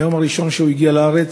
מהיום הראשון שהוא הגיע לארץ,